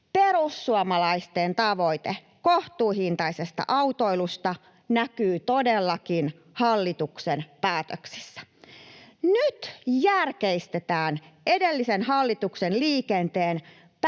Perussuomalaisten tavoite kohtuuhintaisesta autoilusta näkyy todellakin hallituksen päätöksissä. Nyt järkeistetään edellisen hallituksen liikenteen